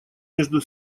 между